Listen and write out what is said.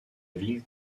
ville